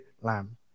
lamb